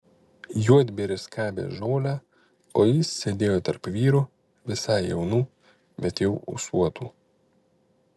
juodbėris skabė žolę o jis sėdėjo tarp vyrų visai jaunų bet jau ūsuotų